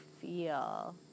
feel